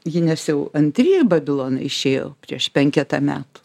ji nes jau antrieji babilonai išėjo prieš penketą metų